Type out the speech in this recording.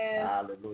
Hallelujah